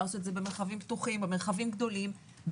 לעשות את זה במרחבים פתוחים ובמרחבים גדולים.